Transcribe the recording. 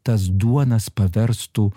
tas duonas paverstų